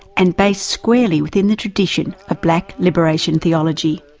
and based squarely within the tradition of black liberation theology.